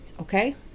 okay